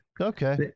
Okay